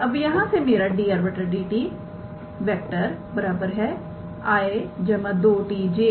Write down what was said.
अब यहां से मेरा 𝑑𝑟⃗ 𝑑𝑡 𝑖̂ 2𝑡𝑗̂ 3𝑡 2𝑘̂ है